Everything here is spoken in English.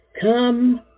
come